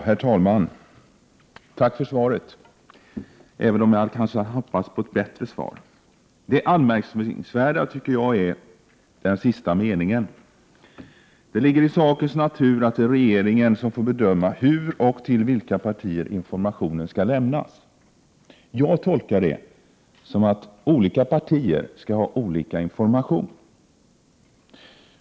Herr talman! Tack för svaret, även om jag kanske hade hoppats på ett bättre svar. Sista meningen i svaret tycker jag är anmärkningsvärd: ”Det ligger i sakens natur att det är regeringen som får bedöma när, hur och till vilka partier informationen skall lämnas.” Jag tolkar det som att olika partier skall ha olika information.